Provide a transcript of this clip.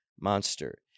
monster